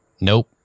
Nope